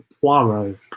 Poirot